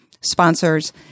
sponsors